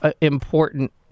important